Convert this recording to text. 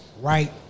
right